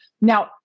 Now